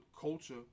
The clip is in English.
culture